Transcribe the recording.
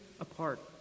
apart